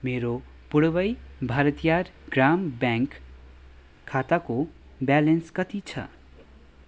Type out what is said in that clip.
मेरो पुडुवई भारतियार ग्राम ब्याङ्क खाताको ब्यालेन्स कति छ